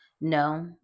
No